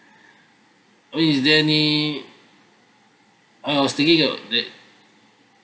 okay is there any I was thinking of that